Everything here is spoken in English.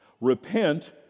Repent